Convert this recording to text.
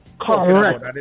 correct